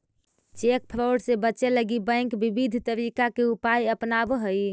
cheque fraud से बचे लगी बैंक विविध तरीका के उपाय अपनावऽ हइ